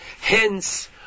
Hence